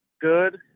Good